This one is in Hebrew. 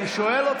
אבל